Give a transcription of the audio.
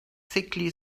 sickly